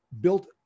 built